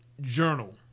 journal